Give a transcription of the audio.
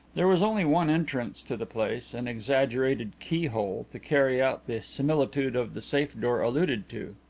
there was only one entrance to the place, an exaggerated keyhole, to carry out the similitude of the safe-door alluded to.